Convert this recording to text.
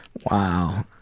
wow,